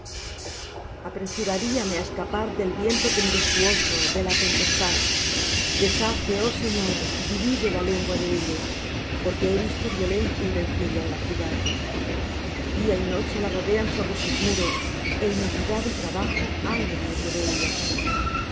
desierto selah apresuraríame á escapar del viento tempestuoso de la tempestad deshace oh señor divide la lengua de ellos porque he visto violencia y rencilla en la ciudad día y noche la rodean sobre sus muros e iniquidad y trabajo hay en medio de ella